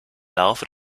laufe